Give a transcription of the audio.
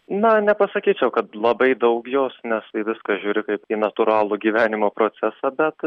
na nepasakyčiau kad labai daug jos nes į viską žiūriu kaip į natūralų gyvenimo procesą bet